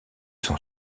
son